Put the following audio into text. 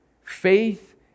faith